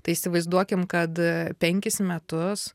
tai įsivaizduokim kad penkis metus